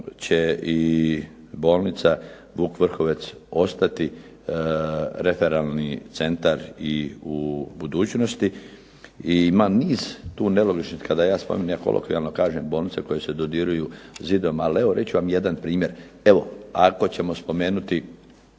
i bolnica Vuk Vrhovec ostati referalni centar i u budućnosti. I ima niz tu nelogičnosti kada ja spominjem kolokvijalno kažem bolnice koje se dodiruju zidom. Ali reći ću vam jedan primjer, evo ako ćemo spomenuti